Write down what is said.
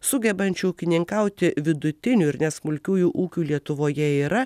sugebančių ūkininkauti vidutinių ir smulkiųjų ūkių lietuvoje yra